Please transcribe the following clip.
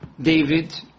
David